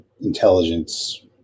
intelligence